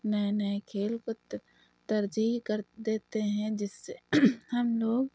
نئے نئے کھیل کو ترجیح کر دیتے ہیں جس سے ہم لوگ